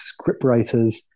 scriptwriters